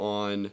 on